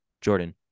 Jordan